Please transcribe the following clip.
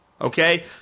Okay